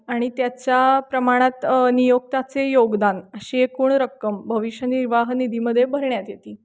आणि त्याच्या प्रमाणात नियोक्त्याचे योगदान अशी एकूण रक्कम भविष्य निर्वाह निधीमध्ये भरण्यात येते